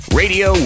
radio